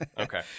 Okay